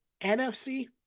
NFC